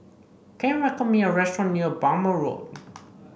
can you recommend me a restaurant near Bhamo Road